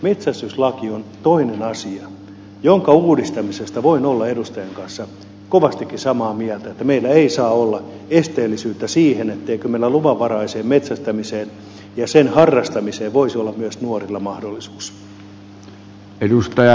metsästyslaki on toinen asia ja sen uudistamisesta voin olla edustajan kanssa kovastikin samaa mieltä että meillä ei saa olla esteellisyyttä siihen etteikö meillä luvanvaraiseen metsästämiseen ja sen harrastamiseen voisi olla myös nuorilla mahdollisuus